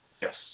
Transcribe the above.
Yes